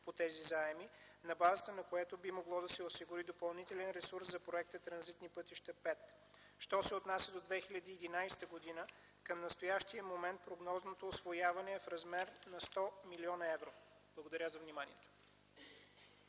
по тези заеми, на базата на което би могло да се осигури допълнителен ресурс за Проекта „Транзитни пътища”V. Що се отнася до 2011 г., към настоящия момент прогнозното усвояване е в размер на 100 млн. евро. Благодаря за вниманието.